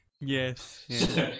Yes